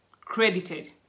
credited